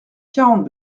quarante